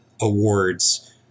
awards